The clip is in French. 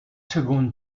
secondes